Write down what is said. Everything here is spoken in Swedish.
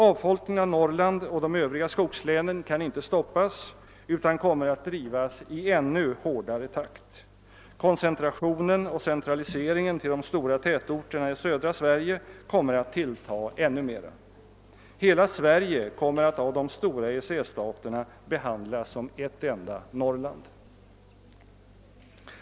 Avfolkningen av Norrland och de övriga skogslänen kan inte stoppas utan kommer att drivas i ännu hårdare takt. Koncentrationen och centraliseringen till de stora tätorterna i södra Sverige kommer att tillta ännu mera. Hela Sverige kommer att av de stora EEC-staåterna behandlas som ett enda Norrland.